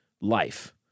life